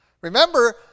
Remember